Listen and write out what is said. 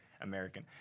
American